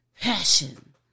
passion